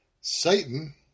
Satan